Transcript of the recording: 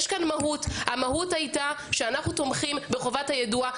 יש כן מהות והמהות הייתה שאנחנו תומכים בחובת היידוע.